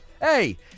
Hey